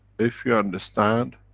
if you understand,